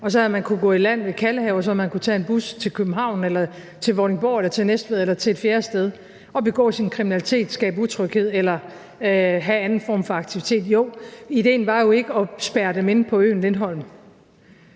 det der, kunne de gå i land ved Kalvehave, og så kunne de tage en bus til København eller til Vordingborg eller til Næstved eller til et fjerde sted og begå sin kriminalitet, skabe utryghed eller have anden form for aktivitet. Ideen var jo ikke at spærre dem inde på øen Lindholm.